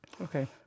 Okay